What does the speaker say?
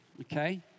okay